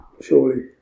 surely